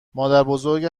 مادربزرگ